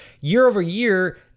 year-over-year